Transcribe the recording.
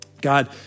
God